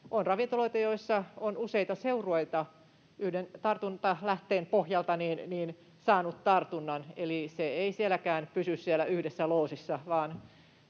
On ravintoloita, joissa useat seurueet ovat yhden tartuntalähteen pohjalta saaneet tartunnan, eli se ei sielläkään pysy yhdessä loosissa,